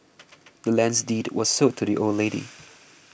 the land's deed was sold to the old lady